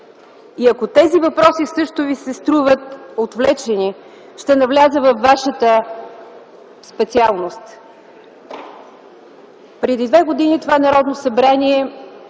И ако тези въпроси също Ви се струват отвлечени, ще навляза във Вашата специалност. Преди две години това Народно събрание